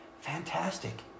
fantastic